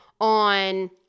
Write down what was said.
on